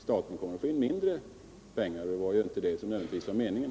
Staten kommer att få in mindre pengar, och det var ju inte det som var meningen.